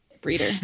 breeder